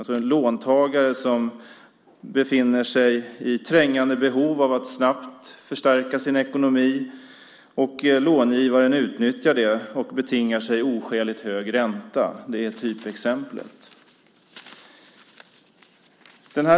En låntagare befinner sig i trängande behov av att snabbt förstärka sin ekonomi, och långivaren utnyttjar det och betingar sig oskäligt hög ränta. Det är typexemplet.